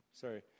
Sorry